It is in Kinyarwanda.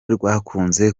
rwakunze